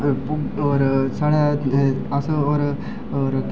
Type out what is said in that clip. ते साढ़ा अस और और